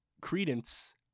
credence